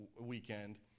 weekend